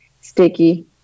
sticky